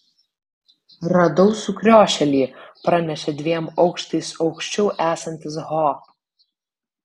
radau sukriošėlį pranešė dviem aukštais aukščiau esantis ho